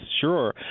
sure